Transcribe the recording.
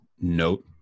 note